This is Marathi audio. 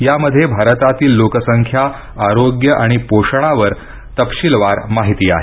यामध्ये भारतातील लोकसंख्या आरोग्य आणि पोषणावर तपशिलवार माहिती आहे